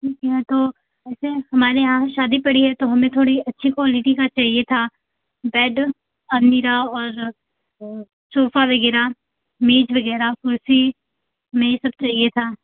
ठीक है तो ऐसे हमारे यहाँ शादी पड़ी है तो हमें थोड़ी अच्छी क्वालिटी का चाहिए था बेड अलमीरा और सोफ़ा वगैरह मेज़ वगैरह कुर्सी मेज़ सब चाहिए था